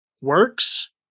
works